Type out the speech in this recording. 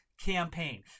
campaign